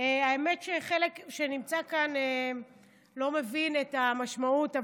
האמת היא שחלק מאלה שנמצאים כאן לא מבינים את המשמעות,